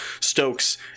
Stokes